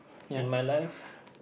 in my life